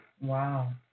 Wow